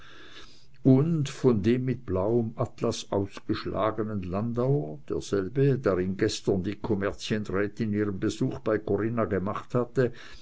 und dem mit blauem atlas ausgeschlagenen landauer derselbe darin gestern die kommerzienrätin ihren besuch bei corinna gemacht hatte